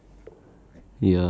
cockroach